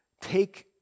take